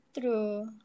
True